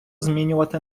змінювати